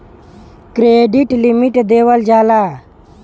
credit limit देवल जाला